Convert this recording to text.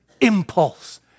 impulse